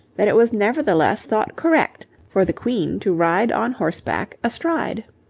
that it was nevertheless thought correct for the queen to ride on horseback astride.